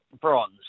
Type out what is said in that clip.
Bronze